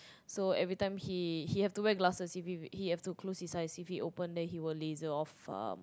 so every time he he have to wear glasses if if he have to close his eyes if he open then he will laser off um